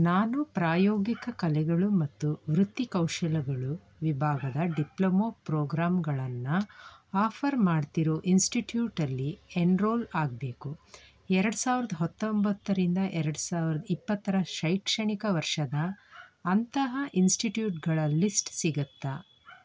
ನಾನು ಪ್ರಾಯೋಗಿಕ ಕಲೆಗಳು ಮತ್ತು ವೃತ್ತಿ ಕೌಶಲಗಳು ವಿಭಾಗದ ಡಿಪ್ಲೊಮೋ ಪ್ರೋಗ್ರಾಮ್ಗಳನ್ನು ಆಫರ್ ಮಾಡ್ತಿರೋ ಇನ್ಸ್ಟಿಟ್ಯೂಟಲ್ಲಿ ಎನ್ರೋಲ್ ಆಗಬೇಕು ಎರ್ಡು ಸಾವ್ರ್ದ ಹತ್ತೊಂಬತ್ತರಿಂದ ಎರ್ಡು ಸಾವ್ರ್ದ ಇಪ್ಪತ್ತರ ಶೈಕ್ಷಣಿಕ ವರ್ಷದ ಅಂತಹ ಇನ್ಸ್ಟಿಟ್ಯೂಟ್ಗಳ ಲಿಸ್ಟ್ ಸಿಗುತ್ತಾ